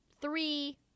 Three